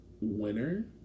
winner